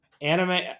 Anime